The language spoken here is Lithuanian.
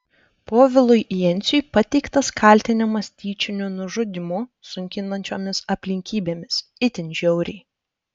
povilui jenciui pateiktas kaltinimas tyčiniu nužudymu sunkinančiomis aplinkybėmis itin žiauriai